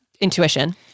intuition